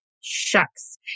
shucks